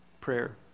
prayer